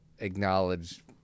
acknowledge